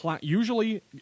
usually